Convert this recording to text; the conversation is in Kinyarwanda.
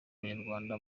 banyarwanda